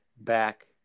back